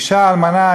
אישה אלמנה,